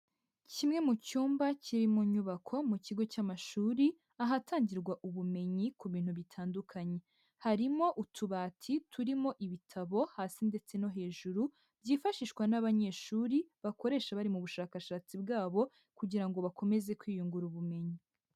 Kimwe mu cyumba kiri mu nyubako mu kigo cy'amashuri, ahatangirwa ubumenyi ku bintu bitandukanye. Harimo utubati turimo ibitabo hasi ndetse no hejuru, byifashishwa n'abanyeshuri bakoresha bari mu bushakashatsi bwabo kugira ngo bakomeze kwiyungura ubumenyi.